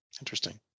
interesting